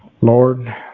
Lord